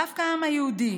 דווקא העם היהודי,